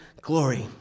glory